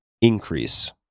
increase